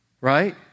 right